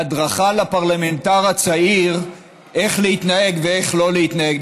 הדרכה לפרלמנטר הצעיר איך להתנהג ואיך לא להתנהג.